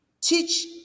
teach